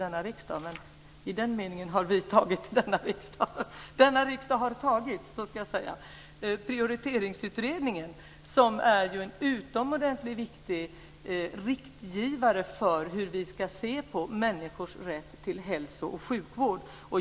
Denna riksdag har fattat beslut om Prioriteringsutredningens förslag som är en utomordentligt viktig riktgivare för hur vi ska se på människors rätt till hälso och sjukvård.